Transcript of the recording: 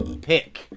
pick